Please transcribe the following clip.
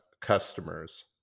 customers